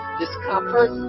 discomfort